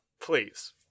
please